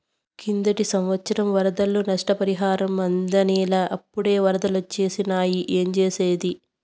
కిందటి సంవత్సరం వరదల్లో నష్టపరిహారం అందనేలా, అప్పుడే ఒరదలొచ్చేసినాయి ఏంజేసేది